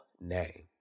name